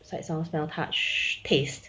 sights sounds smells touch taste